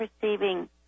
perceiving